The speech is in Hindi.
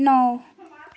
नौ